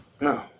No